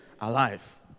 alive